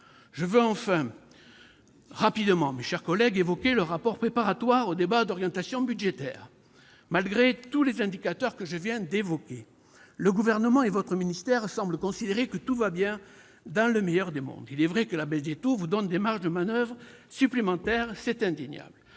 Je veux enfin, mes chers collègues, évoquer rapidement le rapport préparatoire au débat d'orientation budgétaire. Malgré tous les indicateurs que je viens d'évoquer, le Gouvernement et votre ministère semblent considérer que tout va bien dans le meilleur des mondes. Il est vrai, c'est indéniable, que la baisse des taux vous donne des marges de manoeuvre supplémentaires. Cependant,